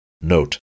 Note